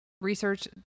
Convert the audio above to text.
Research